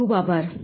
ખુબ ખુબ આભાર